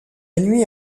nuit